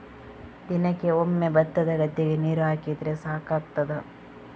ದಿನಕ್ಕೆ ಒಮ್ಮೆ ಭತ್ತದ ಗದ್ದೆಗೆ ನೀರು ಹಾಕಿದ್ರೆ ಸಾಕಾಗ್ತದ?